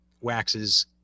waxes